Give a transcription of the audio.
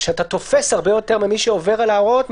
שאתה תופס הרבה יותר ממי שעובר על ההוראות,